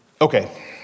Okay